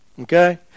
Okay